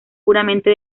puramente